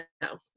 no